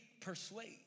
persuade